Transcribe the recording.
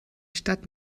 stadt